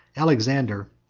alexander,